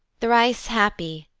thrice happy,